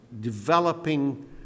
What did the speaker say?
developing